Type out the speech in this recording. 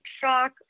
shock